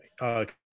okay